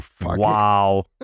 Wow